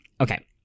Okay